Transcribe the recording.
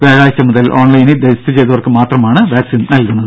വ്യാഴാഴ്ച മുതൽ ഓൺലൈനിൽ രജിസ്റ്റർ ചെയ്തവർക്ക് മാത്രമാണ് വാക്സീൻ നൽകുന്നത്